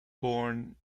born